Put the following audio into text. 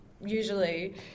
usually